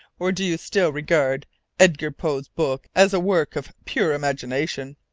or do you still regard edgar poe's book as a work of pure imagination?